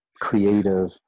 creative